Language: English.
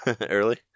early